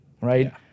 right